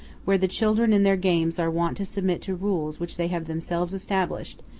where the children in their games are wont to submit to rules which they have themselves established,